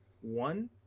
one